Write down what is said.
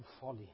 Folly